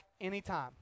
anytime